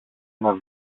ένα